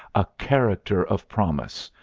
a character of promise,